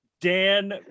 Dan